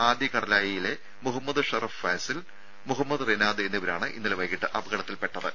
ആദികടലായിയിലെ മുഹമ്മദ് ഷറഫ് ഫാസിൽ മുഹമ്മദ് റിനാദ് എന്നിവരാണ് ഇന്നലെ വൈകീട്ട് അപകടത്തിൽപ്പെട്ടത്